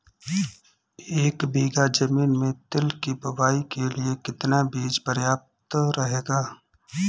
एक बीघा ज़मीन में तिल की बुआई के लिए कितना बीज प्रयाप्त रहेगा?